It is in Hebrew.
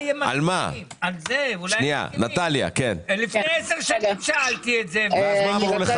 זה כבר לפני עשר שנים, ואז אמרו